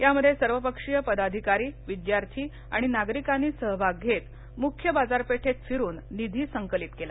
यामध्ये सर्वपक्षीय पदाधिकारी विद्यार्थी आणि नागरिकांनी सहभाग घेत मुख्य बाजारपेठेत फिरून निधी सकलित केला